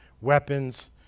weapons